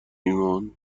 ایمان